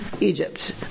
Egypt